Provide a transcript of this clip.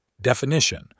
Definition